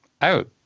out